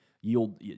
yield